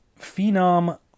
Phenom